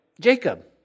Jacob